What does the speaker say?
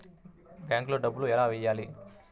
బ్యాంక్లో డబ్బులు ఎలా వెయ్యాలి?